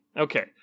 Okay